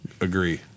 Agree